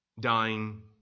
Dying